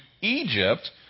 Egypt